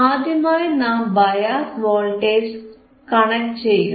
ആദ്യമായി നാം bias voltage connect ചെയ്യുന്നു